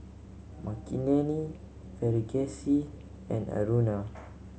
Makineni Verghese and Aruna